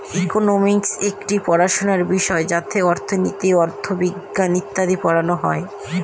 economics একটি পড়াশোনার বিষয় যাতে অর্থনীতি, অথবিজ্ঞান ইত্যাদি পড়ানো হয়